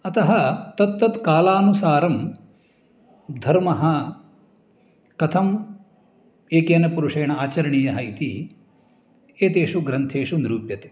अतः तत्तत्कालानुसारं धर्मः कथम् एकेन पुरुषेण आचरणीयः इति एतेषु ग्रन्थेषु निरुप्यते